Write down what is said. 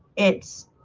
it's